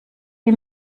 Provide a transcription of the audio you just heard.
wie